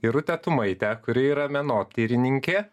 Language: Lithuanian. irutę tumaitę kuri yra menotyrininkė